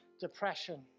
depression